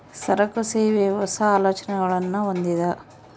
ಸರಕು, ಸೇವೆ, ಹೊಸ, ಆಲೋಚನೆಗುಳ್ನ ಹೊಂದಿದ